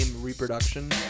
reproduction